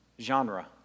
genre